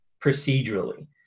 procedurally